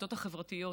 לרשתות החברתיות,